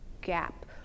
gap